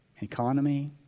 economy